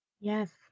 Yes